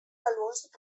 valuós